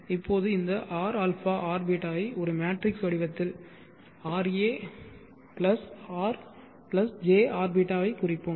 இப்போது இந்த rα rβ ஐ ஒரு மேட்ரிக்ஸ் வடிவத்தில் rα jrβ ஐ குறிப்போம்